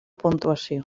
puntuació